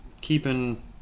keeping